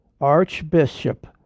Archbishop